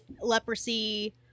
leprosy